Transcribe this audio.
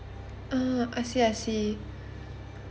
ah I see I see